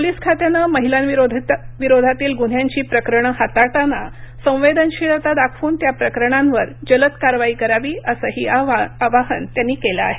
police खात्यानं महिलांविरोधातील गुन्ह्यांची प्रकरणं हाताळताना संवेदनशीलता दाखवून त्या प्रकरणांवर जलद कारवाई करावी असंही आवाहन त्यांनी केलं आहे